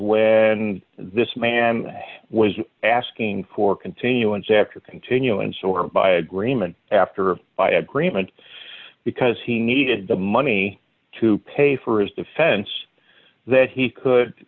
when this man was asking for continuance after continuance or by agreement after my agreement because he needed the money to pay for his defense that he could